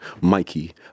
Mikey